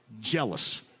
jealous